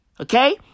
Okay